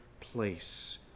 place